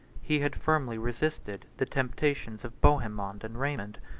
he had firmly resisted the temptations of bohemond and raymond,